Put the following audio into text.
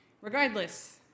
regardless